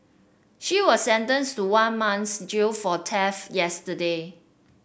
she was sentenced to one month's jail for theft yesterday